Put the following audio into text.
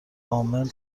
عامل